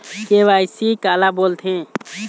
KYC काला बोलथें?